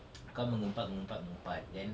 kau mengumpat mengumpat mengumpat then